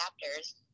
chapters